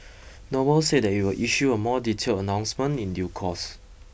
Noble said that you will issue a more detailed announcement in due course